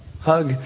Hug